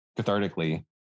cathartically